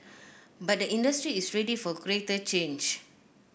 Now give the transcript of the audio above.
but the industry is ready for greater change